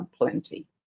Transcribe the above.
plenty